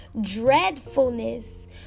dreadfulness